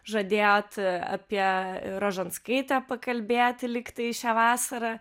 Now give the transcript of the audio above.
žadėjot apie rožanskaitę pakalbėti lyg tai šią vasarą